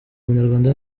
umunyarwanda